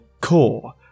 Core